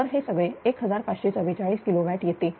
तर हे सगळे 1544 किलोवॅट येते